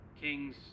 Kings